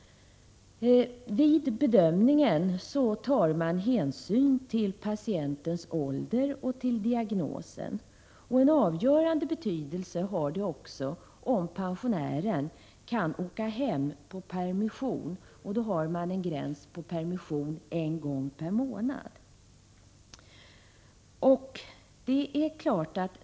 Vid bedömningen tar man hänsyn till patientens ålder och till diagnos. Avgörande betydelse har det också om pensionären kan åka hem på permission. Gränsen för detta har satts till permission en gång per månad.